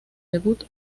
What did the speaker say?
debut